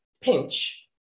pinch